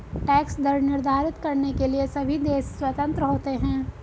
tax दर निर्धारित करने के लिए सभी देश स्वतंत्र होते है